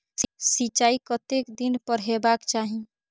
सिंचाई कतेक दिन पर हेबाक चाही?